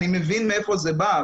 אני מבין מאיפה זה בא,